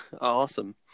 Awesome